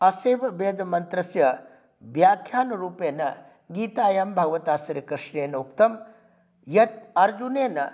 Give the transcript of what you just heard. अस्यैव वेदमन्त्रस्य व्याख्यानरूपेण गीतायां भगवता श्रीकृष्णेन उक्तं यत् अर्जुनेन